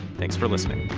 thanks for listening